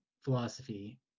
philosophy